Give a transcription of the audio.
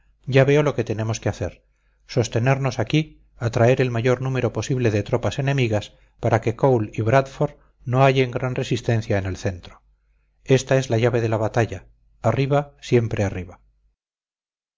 ya veo lo que tenemos que hacer sostenernos aquí atraer el mayor número posible de tropas enemigas para que cole y bradford no hallen gran resistencia en el centro esta es la llave de la batalla arriba siempre arriba